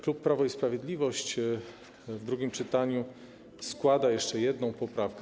Klub Prawo i Sprawiedliwość w drugim czytaniu składa jeszcze jedną poprawkę.